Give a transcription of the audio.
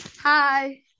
Hi